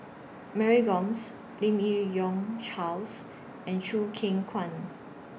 Mary Gomes Lim Yi Yong Charles and Choo Keng Kwang